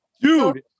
Dude